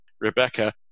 Rebecca